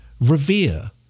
revere